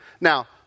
Now